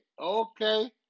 Okay